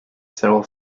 civil